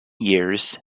years